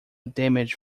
damage